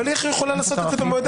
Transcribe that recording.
אבל איך היא יכולה לקבל את ההחלטה?